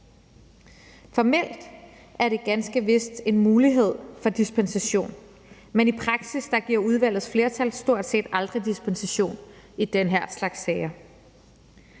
Formelt er der ganske vist en mulighed for dispensation, men i praksis giver udvalgets flertal stort set aldrig dispensation i den her slags sager.